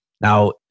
Now